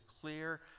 clear